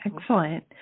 excellent